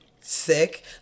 sick